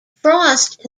frost